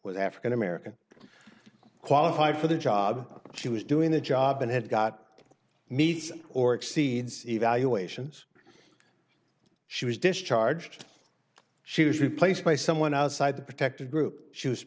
with african american qualified for the job she was doing the job and it got meets or exceeds evaluations she was discharged she was replaced by someone outside the protected group she was